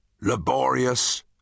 laborious